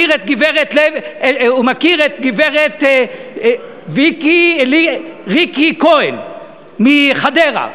הוא מכיר את גברת ריקי כהן מחדרה,